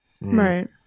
Right